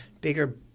bigger